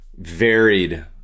varied